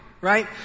right